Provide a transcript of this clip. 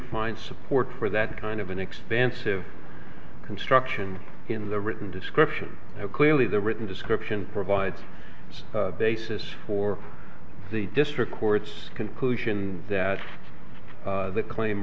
find support for that kind of an expansive construction in the written description clearly the written description provides the basis for the district court's conclusion that the claim